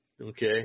Okay